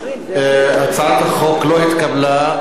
הצעת החוק לא התקבלה.